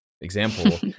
example